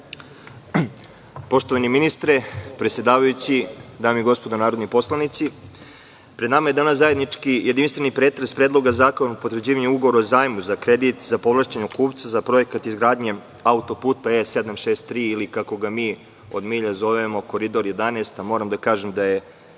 Poštovani ministre, predsedavajući, dame i gospodo narodni poslanici, pred nama je danas zajednički jedinstveni pretres o Predlogu zakona o potvrđivanju Ugovora o zajmu za kredit za povlašćenog kupca za Projekat izgradnje Autoputa E763, kako ga mi od milja zovemo Koridor 11, a moram da kažem da je